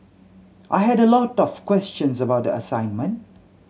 I had a lot of questions about the assignment